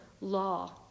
law